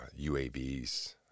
UAVs